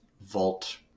vault